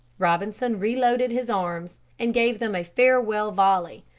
robinson reloaded his arms and gave them a farewell volley,